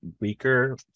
weaker